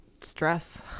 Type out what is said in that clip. stress